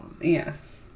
Yes